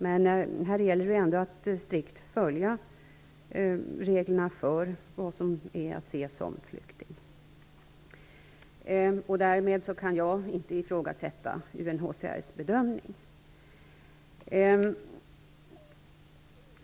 Men här gäller det ändå att strikt följa reglerna för vem som är att anse som flykting. Därmed kan jag inte ifrågasätta UNHCR:s bedömning.